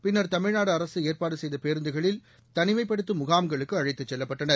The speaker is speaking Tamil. பின்னர் தமிழ்நாடு அரசு ஏற்பாடு செய்த பேருந்துகளில் தனிமைப்படுத்தும் முகாம்களுக்கு அழைத்துச் செல்லப்பட்டனர்